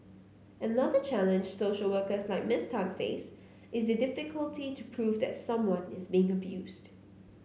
another challenge social workers like Miss Tan face is the difficulty to prove that someone is being abused